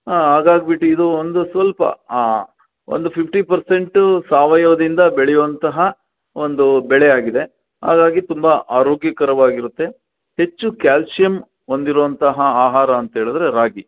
ಹಾಂ ಹಾಗಾಗ್ಬಿಟ್ಟು ಇದು ಒಂದು ಸ್ವಲ್ಪ ಹಾಂ ಒಂದು ಫಿಫ್ಟಿ ಪರ್ಸೆಂಟು ಸಾವಯವದಿಂದ ಬೆಳೆಯುವಂತಹ ಒಂದು ಬೆಳೆಯಾಗಿದೆ ಹಾಗಾಗಿ ತುಂಬಾ ಆರೋಗ್ಯಕರವಾಗಿರುತ್ತೆ ಹೆಚ್ಚು ಕ್ಯಾಲ್ಸಿಯಂ ಹೊಂದಿರುವಂಥಾ ಆಹಾರ ಅಂತೇಳಿದರೆ ರಾಗಿ